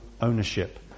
ownership